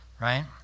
right